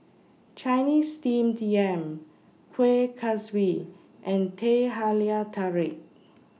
Chinese Steamed Yam Kueh Kaswi and Teh Halia Tarik